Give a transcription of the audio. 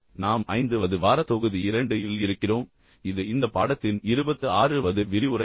நாம் 5 வது வார தொகுதி 2 இல் இருக்கிறோம் இது இந்த பாடத்தின் 26 வது விரிவுரை